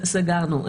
סגרנו.